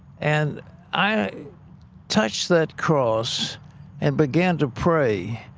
and i touched that cross and began to pray.